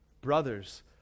Brothers